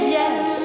yes